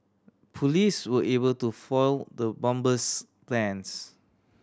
police were able to foil the bomber's plans